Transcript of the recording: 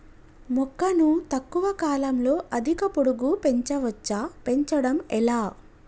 మొక్కను తక్కువ కాలంలో అధిక పొడుగు పెంచవచ్చా పెంచడం ఎలా?